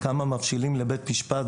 כמה מבשילים לבית משפט,